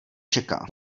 čeká